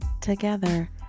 together